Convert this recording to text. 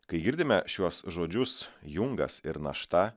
kai girdime šiuos žodžius jungas ir našta